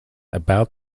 about